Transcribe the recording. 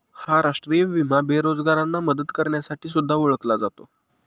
हा राष्ट्रीय विमा बेरोजगारांना मदत करण्यासाठी सुद्धा ओळखला जातो